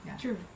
True